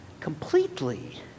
completely